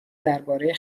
درباره